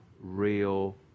real